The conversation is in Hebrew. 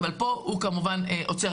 אבל פה הוא כמובן עוצר.